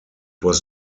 was